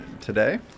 today